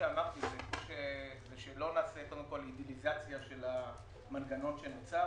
אמרתי שלא נעשה אידיאליזציה של המנגנון שנוצר,